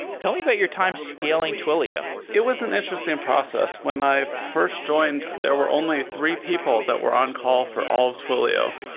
tell me about your time scaling twilio it was an interesting process. when i first joined, there were only three people that were on call for all twilio.